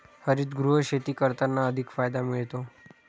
हरितगृह शेती करताना अधिक फायदा मिळतो